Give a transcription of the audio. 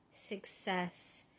success